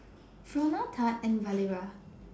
Fronia Thad and Valeria